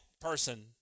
person